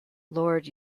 lord